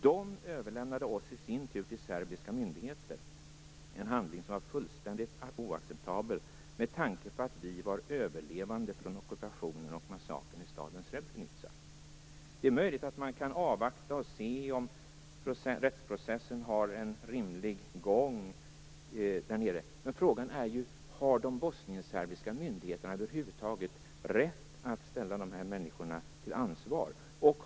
"De överlämnade oss i sin tur till serbiska myndigheter - en handling som var fullständigt oacceptabel med tanke på att vi var överlevande från ockupationen och massakern i staden Srebrenica." Det är möjligt att man kan avvakta och se om rättsprocessen har en rimlig gång. Men frågan är om de bosnienserbiska myndigheterna över huvud taget har rätt att ställa dessa människor till ansvar.